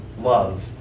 love